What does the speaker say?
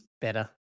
better